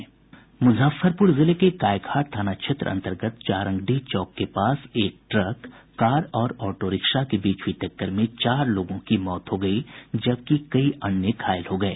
मुजफ्फरपुर जिले के गायघाट थाना क्षेत्र अंतर्गत जारंगडीह चौक के पास एक ट्रक कार और ऑटो रिक्शा के बीच हुई टक्कर में चार लोगों की मौत हो गयी जबकि कई अन्य घायल हो गये